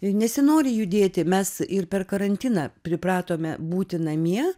nesinori judėti mes ir per karantiną pripratome būti namie